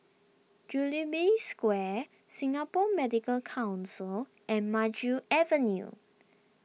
Jubilee Square Singapore Medical Council and Maju Avenue